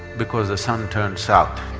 because the sun turned south,